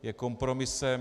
Je kompromisem.